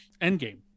Endgame